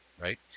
Right